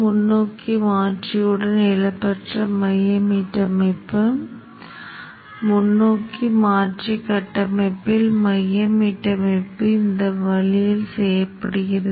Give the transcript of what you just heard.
முன்னோக்கி மாற்றியை உருவகப்படுத்துதல் நாம் இதுவரை படித்த முன்னோக்கி மாற்றி சுற்றின் உருவகப்படுத்துதலை இப்போது செயல்படுத்துவோம்